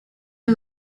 and